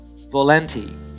Volenti